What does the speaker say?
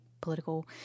political